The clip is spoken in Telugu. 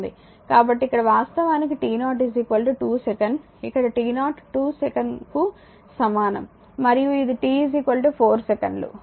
కాబట్టి ఇక్కడ వాస్తవానికి t0 2 సెకను ఇక్కడ t0 2 సెకనుకు సమానం మరియు ఇది t 4 సెకన్లు